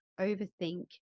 overthink